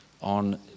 on